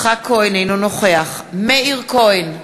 אינו נוכח מאיר כהן,